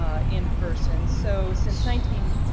um in person so, since nineteen.